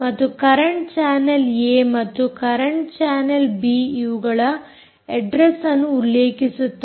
ಮತ್ತು current channel A ಮತ್ತು current channel B ಇವುಗಳ ಅಡ್ರೆಸ್ ಅನ್ನು ಉಲ್ಲೇಖಿಸಲಾಗಿದೆ